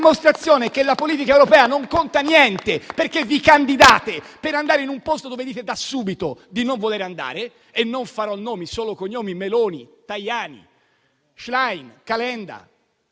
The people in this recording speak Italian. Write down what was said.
dimostrazione che la politica europea non conta niente, perché vi candidate per andare in un posto dove dite da subito di non voler andare. Non farò nomi, solo cognomi,: Meloni, Tajani, Schlein, Calenda.